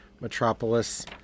Metropolis